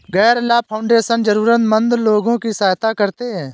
गैर लाभ फाउंडेशन जरूरतमन्द लोगों की सहायता करते हैं